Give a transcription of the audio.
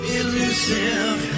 elusive